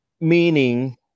Meaning